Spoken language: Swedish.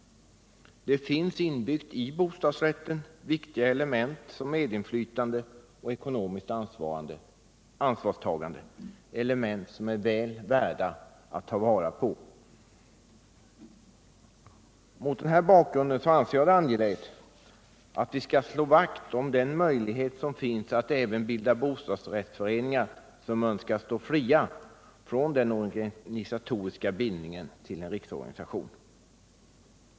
Det finns inbyggda i bostadsrätten viktiga element som medinflytande och ekonomiskt ansvarstagande, element som är väl värda att ta vara på. Mot denna bakgrund anser jag det angeläget att vi slår vakt om den möjlighet som finns att även bilda bostadsrättsföreningar som önskar stå fria från den organisatoriska bindningen till en riksorganisation.